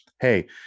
Hey